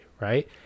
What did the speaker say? right